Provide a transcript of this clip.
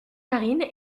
marine